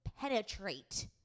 penetrate